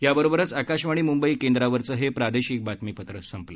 याबरोबरच आकाशवाणी मुंबई केंद्रावरचं हे प्रादेशिक बातमीपत्र संपलं